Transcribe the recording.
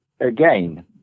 again